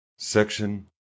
section